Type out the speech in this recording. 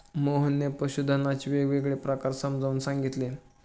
मोहनने पशुधनाचे वेगवेगळे प्रकार समजावून सांगितले